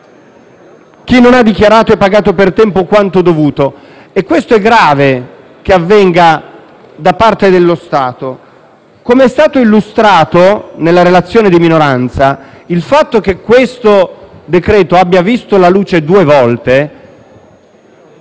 chi non ha dichiarato e pagato per tempo quanto dovuto; questo è grave che avvenga da parte dello Stato. Come è stato illustrato nella relazione di minoranza, il fatto che questo decreto-legge abbia visto la luce due volte